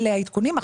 אלה העדכונים.